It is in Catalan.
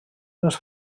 més